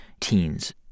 teens